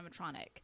animatronic